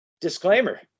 Disclaimer